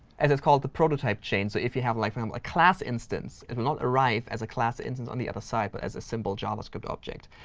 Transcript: as it's called, the prototype chain. so if you have like um a class instance, it will not arrive as a class instance on the other side, but as a symbol javascript object.